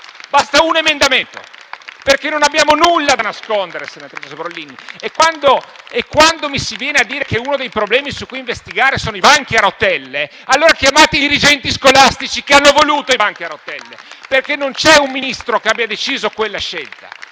Basta un emendamento, perché non abbiamo nulla da nascondere, senatrice Sbrollini. E quando mi si viene a dire che uno dei problemi su cui investigare sono i banchi a rotelle, allora chiamate i dirigenti scolastici che hanno voluto i banchi a rotelle, perché non c'è un Ministro che abbia preso quella scelta,